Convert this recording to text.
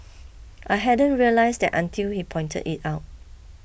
I hadn't realised that until he pointed it out